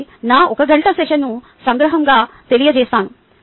కాబట్టి నా ఒక గంట సెషన్ను సంగ్రహంగా తెలియజేస్తాను